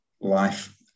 life